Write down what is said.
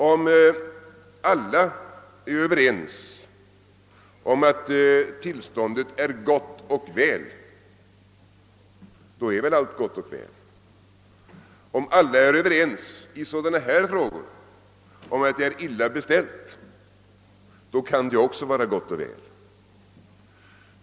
Om alla är överens om att tillståndet är gott, då är förmodligen allt gott och väl. Om alla är överens om att det är illa beställt, kan detta också vara gott och väl.